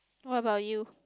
what about you